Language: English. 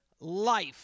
life